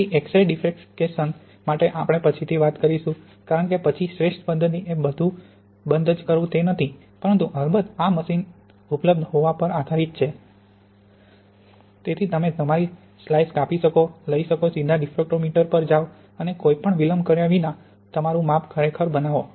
તેથી X ray diffraction માટે આપણે પછીથી વાત કરીશું કારણ કે પછી શ્રેષ્ઠ પદ્ધતિ એ બધુ બંધ જ કરવુ તે નથી પરંતુ અલબત્ત આ મશીન ઉપલબ્ધ હોવા પર આધારીત છે જેથી તમે તમારી સ્લાઈસ કાપી શકો લઈ શકો સીધા ડિફ્રેક્ટ્રોમીટર પર જાઓ અને કોઈ પણ વિલંબ કર્યા વિના તમારું માપ ખરેખર બનાવો